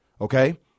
Okay